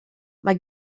mae